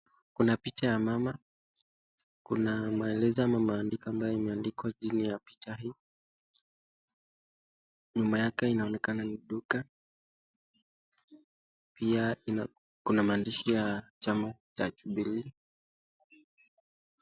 Kuna picha ya mama, kuna maelezo ama maandiko ambayo yameandikwa chini ya picha hii. Nyuma yake inaonekana ni duka, pia kuna maandishi ya chama cha Jubilee.